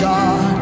God